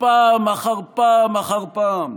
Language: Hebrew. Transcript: פעם אחר פעם אחר פעם